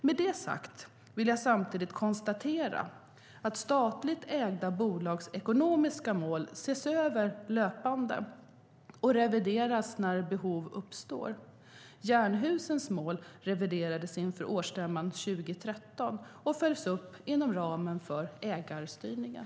Med det sagt vill jag samtidigt konstatera att statligt ägda bolags ekonomiska mål ses över löpande och revideras när behov uppstår. Jernhusens mål reviderades inför årsstämman 2013 och följs upp inom ramen för ägarstyrningen.